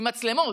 עם מצלמות.